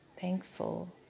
thankful